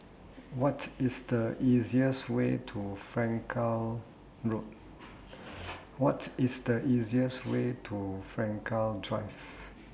What IS The easiest Way to Frankel Drive